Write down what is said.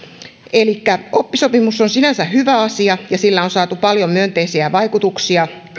elikkä oppisopimus on sinänsä hyvä asia ja sillä on saatu paljon myönteisiä vaikutuksia